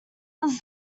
was